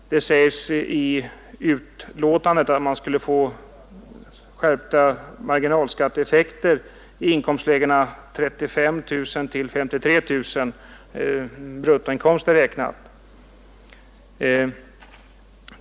Det sägs i betänkandet att man skulle få skärpta marginalskatteeffekter i inkomstlägena 35 000-53 000 kronor brutto.